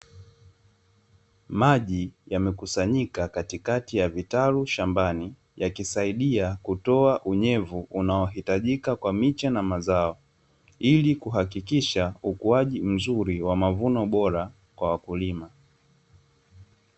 Maji yamekusanyika katikati ya vitalu shambani, yakisaidia kutoa unyevu unao hitajika kwa miche na mazao, ili kuhakikisha ukuaji mzuri wa mavuno bora kwa wakulima.